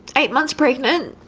eight months pregnant,